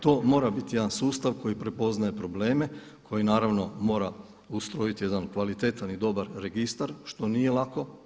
To mora biti jedan sustav koji prepoznaje probleme, koji naravno mora ustrojiti jedan kvalitetan i dobar registar, što nije lako.